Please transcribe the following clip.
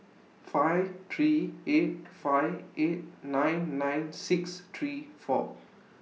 five three eight five eight nine nine six three four